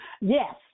Yes